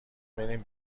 میریم